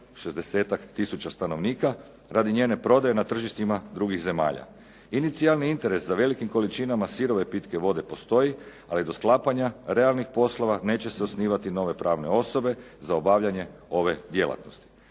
tisuća stanovnika radi njene prodaje na tržištima drugih zemalja. Inicijalni interes za velikim količinama sirove pitke vode postoji, ali do sklapanja realnih poslova neće se osnivati nove pravne osobe za obavljanje ove djelatnosti.